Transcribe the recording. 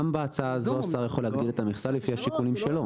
בהצעה הזו השר יכול להגדיל את המכסה לפי השיקולים שלו.